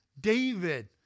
David